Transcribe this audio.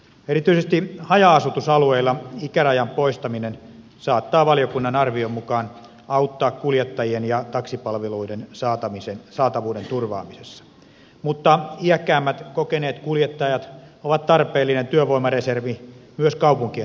erityisesti haja asutusalueilla ikärajan poistaminen saattaa valiokunnan arvion mukaan auttaa kuljettajien ja taksipalvelujen saatavuuden turvaamisessa mutta iäkkäämmät kokeneet kuljettajat ovat tarpeellinen työvoimareservi myös kaupunkien taksiliikenteessä